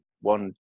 one